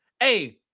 Hey